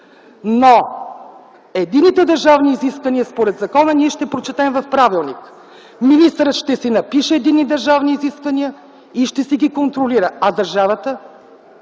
Но единните държавни изисквания, според закона, ние ще прочетем в правилник. Министърът ще си напише единни държавни изисквания и ще си ги контролира. А държавата?